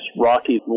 rocky